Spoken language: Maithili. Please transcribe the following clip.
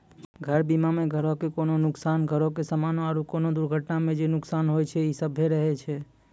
घर बीमा मे घरो के कोनो नुकसान, घरो के समानो आरु कोनो दुर्घटना मे जे नुकसान होय छै इ सभ्भे रहै छै